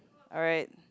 alright